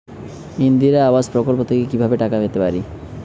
ইন্দিরা আবাস প্রকল্প থেকে কি ভাবে টাকা পেতে পারি?